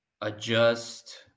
adjust